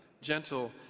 gentle